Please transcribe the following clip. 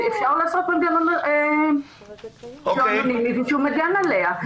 אפשר לעשות מנגנון שמגן עליה.